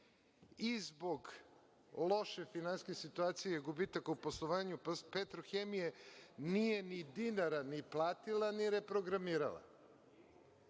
i zbog loše finansijske situacije i gubitak u poslovanju „Petrohemije“ nije ni dinara ni platila ni reprogramirala.